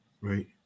right